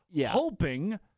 hoping